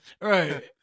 Right